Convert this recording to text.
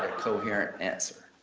coherent answer,